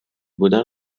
بودن